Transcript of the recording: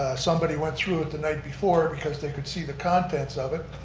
somebody went through it the night before because they could see the contents of it.